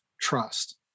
trust